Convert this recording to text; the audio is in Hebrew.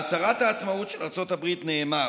בהצהרת העצמאות של ארצות הברית נאמר: